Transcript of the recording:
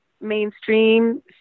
mainstream